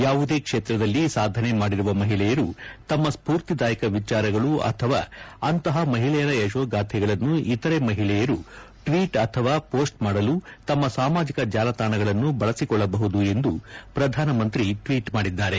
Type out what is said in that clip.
ಯಾವುದೇ ಕ್ಷೇತ್ರದಲ್ಲಿ ಸಾಧನೆ ಮಾಡಿರುವ ಮಹಿಳೆಯರು ತಮ್ಮ ಸ್ಪೂರ್ತಿದಾಯಕ ವಿಚಾರಗಳ ಅಥವಾ ಅಂತಹ ಮಹಿಳೆಯರ ಯಶೋಗಾಧೆಗಳನ್ನು ಇತರ ಮಹಿಳಿಯರು ಟ್ವೀಟ್ ಅಥವಾ ಪೋಸ್ಟ್ ಮಾಡಲು ತಮ್ಮ ಸಾಮಾಜಿಕ ಜಾಲತಾಣಗಳನ್ನು ಬಳಸಿಕೊಳ್ಳಬಹುದು ಎಂದು ಪ್ರಧಾನಮಂತ್ರಿ ಟ್ವೀಟ್ ಮಾಡಿದ್ದಾರೆ